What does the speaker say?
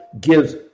gives